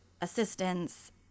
assistance